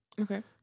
Okay